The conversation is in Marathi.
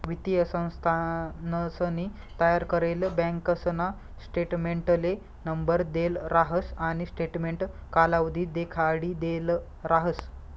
वित्तीय संस्थानसनी तयार करेल बँकासना स्टेटमेंटले नंबर देल राहस आणि स्टेटमेंट कालावधी देखाडिदेल राहस